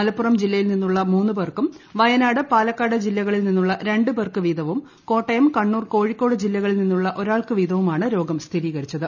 മലപ്പുറം ജില്ലയിൽ നിന്നുള്ള മൂന്ന് പ്ഷേർക്കും വയനാട് പാലക്കാട് ജില്ലകളിൽ നിന്നുള്ള രണ്ട് പേർക്ക് വീതവും കോട്ടയം കണ്ണൂർ കോഴിക്കോട് ജില്ലകളിൽ നിന്നുള്ള് ഓരോരുത്തർക്കുമാണ് രോഗം സ്ഥിരീകരിച്ചത്